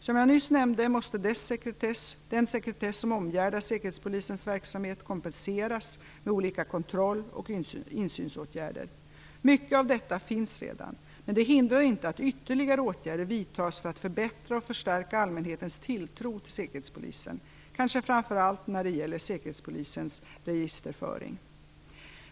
Som jag nyss nämnde måste den sekretess som omgärdar säkerhetspolisens verksamhet kompenseras med olika kontroll och insynsåtgärder. Mycket av detta finns redan, men det hindrar inte att ytterligare åtgärder vidtas för att förbättra och förstärka allmänhetens tilltro till säkerhetspolisen, kanske framför allt när det gäller säkerhetspolisens registerföring.